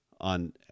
on